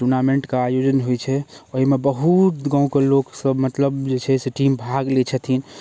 टूर्नामेन्टके आयोजन होइ छै ओहिमे बहुत गामके लोकसभ मतलब जे छै से टीम भाग लै छथिन